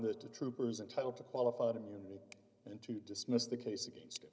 that the troopers and title to qualified immunity and to dismiss the case against it